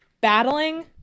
battling